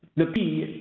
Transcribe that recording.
the pd